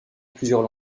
plusieurs